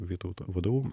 vytauto vdu